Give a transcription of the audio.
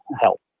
help